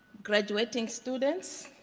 graduating students,